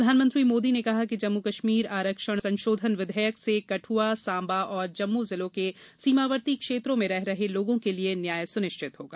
प्रधानमंत्री मोदी ने कहा कि जम्मू कश्मीर आरक्षण संशोधन विधेयक से कदुआ सांबा और जम्मू जिलों के सीमावर्ती क्षेत्रों में रह रहे लोगों के लिए न्याय सुनिश्चित होगा